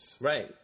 Right